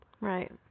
Right